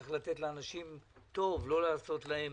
צריך לתת לאנשים טוב, לא לעשות להם